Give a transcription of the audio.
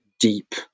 deep